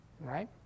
right